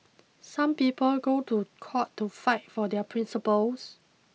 some people go to court to fight for their principles